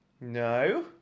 No